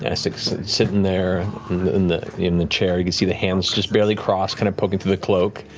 essek's sitting there in the in the chair, you can see the hands just barely crossed kind of poking through the cloak.